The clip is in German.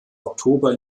oktober